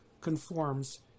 conforms